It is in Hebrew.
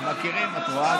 את רואה,